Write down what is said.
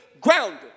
grounded